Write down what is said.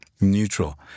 neutral